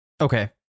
Okay